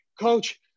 coach